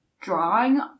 drawing